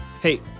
Hey